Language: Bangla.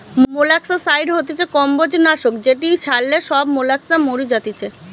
মোলাস্কাসাইড হতিছে কম্বোজ নাশক যেটি ছড়ালে সব মোলাস্কা মরি যাতিছে